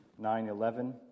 9.11